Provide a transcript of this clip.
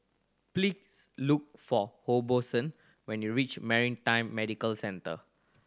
please look for Hobson when you reach Maritime Medical Centre